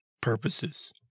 purposes